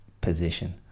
position